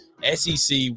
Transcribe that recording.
sec